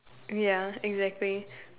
ya exactly